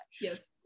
Yes